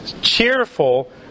cheerful